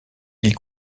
ils